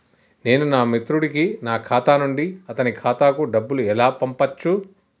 నేను నా మిత్రుడి కి నా ఖాతా నుండి అతని ఖాతా కు డబ్బు ను ఎలా పంపచ్చు?